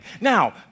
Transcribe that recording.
Now